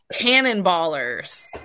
Cannonballers